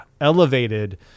elevated